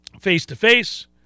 face-to-face